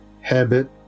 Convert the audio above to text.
habit